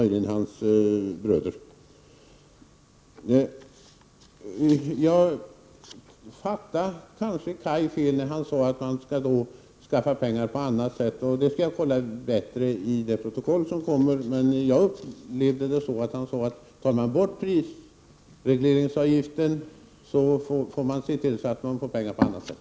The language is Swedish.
Jag uppfattade kanske Kaj Larsson fel när han sade att man skall skaffa pengar på annat sätt. Jag skall se efter närmare i det protokoll som kommer, men jag tolkade Kaj Larsson som att om man tar bort prisregleringsavgiften, måste man se till att man får pengar på annat sätt.